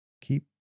keep